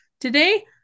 today